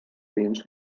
dins